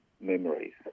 memories